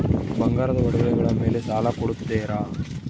ಬಂಗಾರದ ಒಡವೆಗಳ ಮೇಲೆ ಸಾಲ ಕೊಡುತ್ತೇರಾ?